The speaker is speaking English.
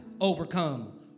overcome